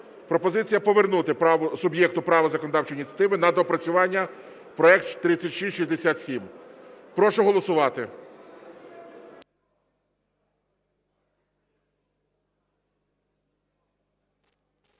Пропозиція повернути суб'єкту права законодавчої ініціативи на доопрацювання проект 3667. Прошу голосувати.